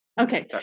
okay